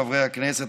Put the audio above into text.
חברי הכנסת,